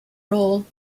role